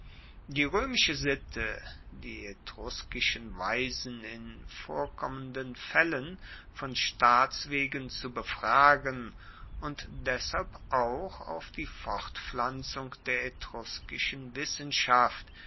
die roemische sitte die etruskischen weisen in vorkommenden faellen von staats wegen zu befragen und deshalb auch auf die fortpflanzung der etruskischen wissenschaft